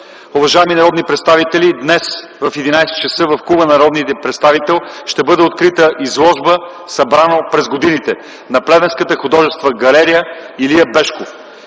Уважаеми народни представители, днес в 11,00 ч. в Клуба на народния представител ще бъде открита изложба, събрана през годините, на Плевенската художествена галерия „Илия Бешков”.